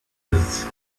his